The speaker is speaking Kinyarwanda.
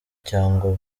cyangwa